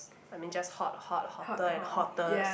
I mean just hot hot hotter and hottest